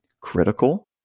critical